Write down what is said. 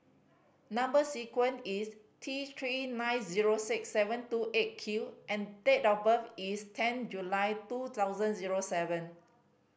number sequence is T Three nine zero six seven two Eight Q and date of birth is ten July two thousand zero seven